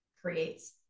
creates